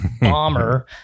bomber